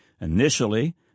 Initially